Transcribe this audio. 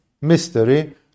mystery